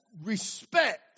respect